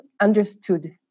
understood